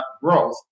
growth